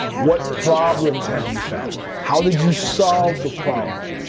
what problems have you found? how did you solve the problem,